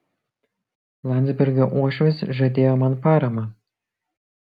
landsbergio uošvis žadėjo man paramą